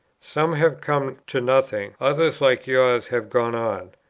some have come to nothing others like yours have gone on.